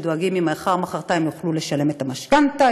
שדואגים אם מחר או מחרתיים הם יוכלו לשלם את המשכנתה,